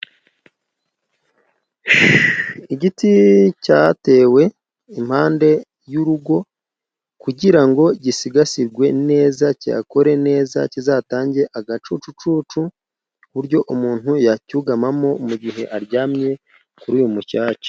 Igiti cyatewe impande y'urugo, kugira ngo gisigasirwe neza, cyihakore neza kizatange agacucucucu, ku buryo umuntu yacyugamamo mu gihe aryamye kuri uyu mucaca.